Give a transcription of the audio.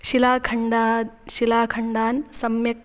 शिलाखण्डाः शिलाखण्डान् सम्यक्